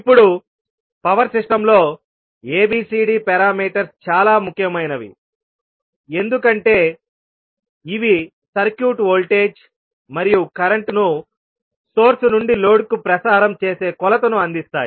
ఇప్పుడు power system లో ABCD parameters చాలా ముఖ్యమైనవి ఎందుకంటే ఇవి సర్క్యూట్ వోల్టేజ్ మరియు కరెంట్ ను సోర్స్ నుండి లోడ్కు ప్రసారం చేసే కొలతను అందిస్తాయి